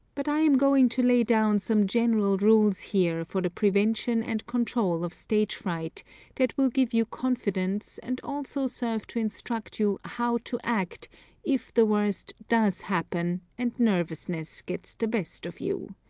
but i am going to lay down some general rules here for the prevention and control of stage fright that will give you confidence and also serve to instruct you how to act if the worst does happen and nervousness gets the best of you.